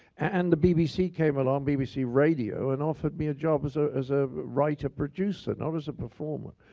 and the bbc came along, bbc radio and offered me a job was ah as a writer-producer and i was a performer.